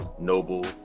Noble